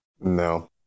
No